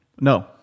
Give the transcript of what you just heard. No